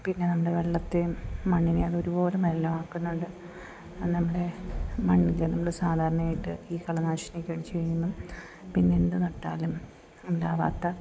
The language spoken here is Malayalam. പിന്നെ നമ്മുടെ വെള്ളത്തേയും മണ്ണിനെ ഒരുപോലെ മലിനമാക്കുന്നുണ്ട് അത് നമ്മുടെ മണ്ണിൽ നമ്മൾ സാധാരണയായിട്ട് ഈ കളനാശിനിയൊക്കെ ഒഴിച്ചു കഴിഞ്ഞാൽ പിന്നെ എന്ത് നട്ടാലും ഉണ്ടാവാത്ത